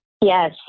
Yes